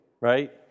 right